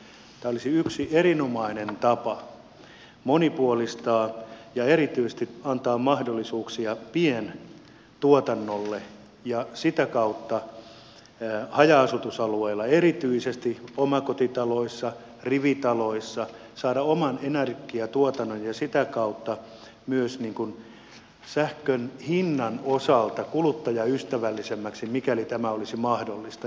tämä olisi yksi erinomainen tapa monipuolistaa ja erityisesti antaa mahdollisuuksia pientuotannolle ja sitä kautta haja asutusalueilla erityisesti omakotitaloissa rivitaloissa saada oma energiatuotanto myös sähkön hinnan osalta kuluttajaystävällisemmäksi mikäli tämä olisi mahdollista